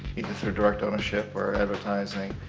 either through direct ownership or advertising.